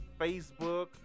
facebook